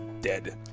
dead